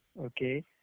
Okay